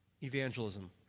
evangelism